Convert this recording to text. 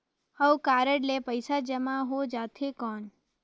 हव कारड ले पइसा जमा हो जाथे कौन?